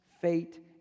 fate